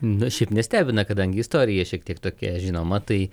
na šiaip nestebina kadangi istorija šiek tiek tokia žinoma tai